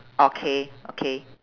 okay okay